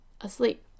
asleep